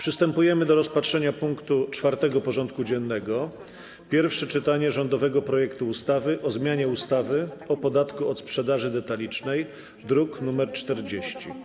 Przystępujemy do rozpatrzenia punktu 4. porządku dziennego: Pierwsze czytanie rządowego projektu ustawy o zmianie ustawy o podatku od sprzedaży detalicznej (druk nr 40)